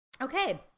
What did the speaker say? okay